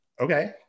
okay